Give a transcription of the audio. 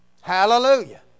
Hallelujah